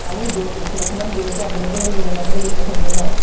আমি দৌল উৎসৱৰ সময়ত গ'লেতো আপোনালোক হ'লেও দৌলৰ কামতে ব্যস্ত থাকিব ন